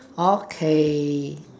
okay